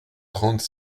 trente